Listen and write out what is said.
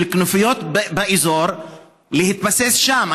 של כנופיות באזור להתבסס שם.